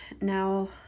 now